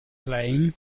playing